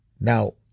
Now